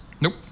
Nope